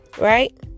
Right